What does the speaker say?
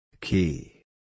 Key